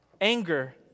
anger